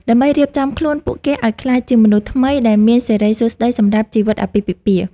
ដើម្បីរៀបចំខ្លួនពួកគេឱ្យក្លាយជាមនុស្សថ្មីដែលមានសិរីសួស្តីសម្រាប់ជីវិតអាពាហ៍ពិពាហ៍។